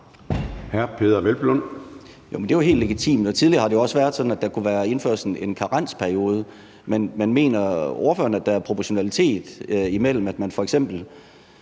Peder Hvelplund (EL): Det er jo helt legitimt, og tidligere har det jo også været sådan, at der kunne indføres en karensperiode. Men mener ordføreren, at der er proportionalitet imellem, at man f.eks.